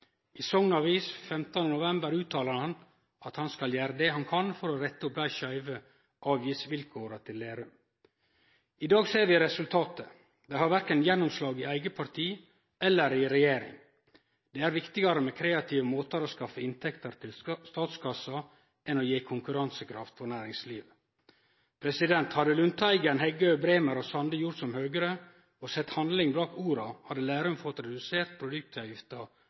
I Sogn Avis 15. november uttaler han at han skal gjere det han kan for å rette opp dei skeive avgiftsvilkåra til Lerum. I dag ser vi resultatet: Dei har verken gjennomslag i eige parti eller i regjering. Det er viktigare med kreative måtar å skaffe inntekter til statskassa på enn å gje konkurransekraft for næringslivet. Hadde Lundteigen, Heggø, Bremer og Sande gjort som Høgre og sett handling bak orda, hadde Lerum fått redusert produktavgifta